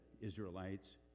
Israelites